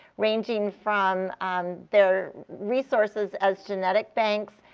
ranging from their resources as genetic banks,